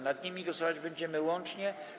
Nad nimi głosować będziemy łącznie.